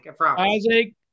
Isaac